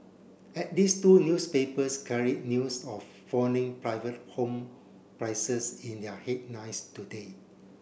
at least two newspapers carried news of falling private home prices in their headlines today